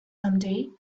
someday